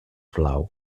blau